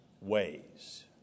ways